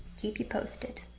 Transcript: keep you posted.